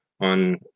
on